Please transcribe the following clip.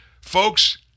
Folks